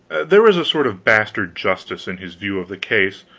there was a sort of bastard justice in his view of the case,